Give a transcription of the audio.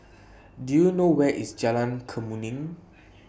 Do YOU know Where IS Jalan Kemuning